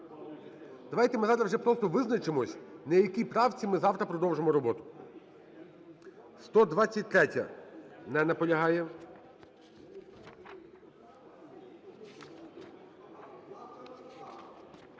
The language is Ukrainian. Давайте ми зараз вже просто визначимося, на якій правці ми завтра продовжимо роботу.